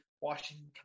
Washington